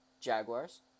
Jaguars